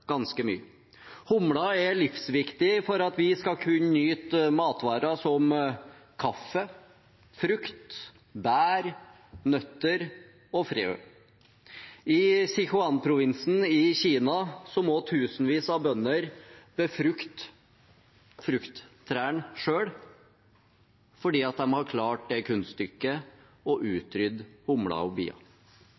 ganske mye. Humla er livsviktig for at vi skal kunne nyte matvarer som kaffe, frukt, bær, nøtter og frø. I Sichuan-provinsen i Kina må tusenvis av bønder befrukte frukttrærne selv fordi de har klart det kunststykket å utrydde humler og